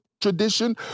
tradition